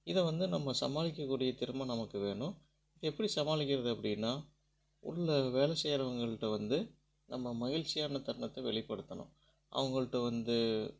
இதை வந்து நம்ம சமாளிக்க கூடிய திறமை நமக்கு வேணும் எப்படி சமாளிக்கிறது அப்படின்னா உள்ளே வேலை செய்யறவங்கள்ட்ட வந்து நம்ம மகிழ்ச்சியான தருணத்தை வெளிப்படுத்தணும் அவங்கள்ட்ட வந்து